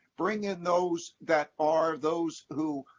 bring in those that are those who,